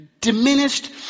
diminished